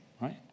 Right